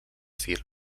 film